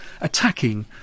attacking